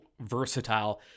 versatile